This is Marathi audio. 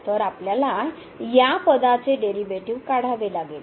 तर आपल्याला या पदाचे डेरीवेटीव काढावे लागेल